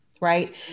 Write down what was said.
right